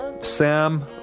Sam